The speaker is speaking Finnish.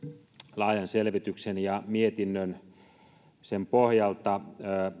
laajan sisäilmaongelmia koskevan selvityksen ja sen pohjalta